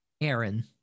Aaron